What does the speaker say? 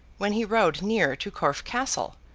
when he rode near to corfe castle,